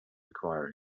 require